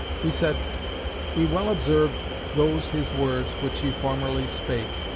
we said we well observed those his words, which he formerly spake,